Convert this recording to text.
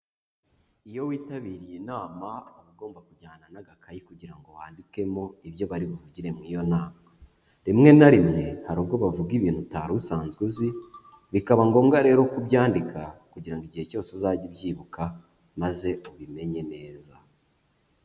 Iyo witabiriye inama aba ugomba kujyana n'agakayi, kugira ngo wandikemo ibyo bari buvugire mu iyo nama. Rimwe na rimwe hari ubwo bavuga ibintu utari usanzwe uzi, bikaba ngombwa rero kubyandika kugira igihe cyose uzajye ubyibuka, maze ubimenye neza.